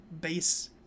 base